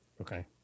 Okay